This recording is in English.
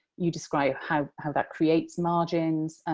you describe how how that creates margins,